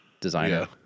designer